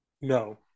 No